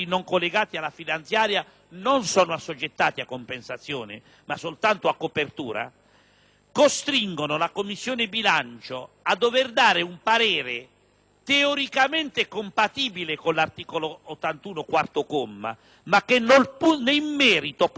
non sono assoggettati a compensazione, ma soltanto a copertura, costringono la Commissione bilancio a dover dare un parere teoricamente compatibile con l'articolo 81, quarto comma, ma che nel merito potrebbe compromettere